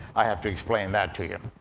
i have to explain that to you.